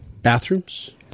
Bathrooms